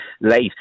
late